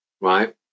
right